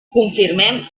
confirmem